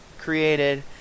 created